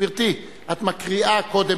גברתי, יש לך?